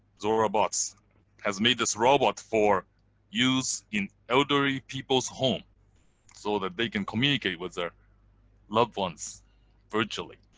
zorabots has made this robot for use in elderly people's home so that they can communicate with their loved ones virtually.